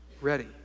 ready